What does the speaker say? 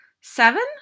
seven